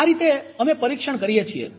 આ રીતે અમે પરીક્ષણ કરીએ છીએ